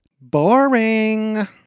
Boring